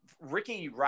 Ricky